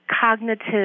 cognitive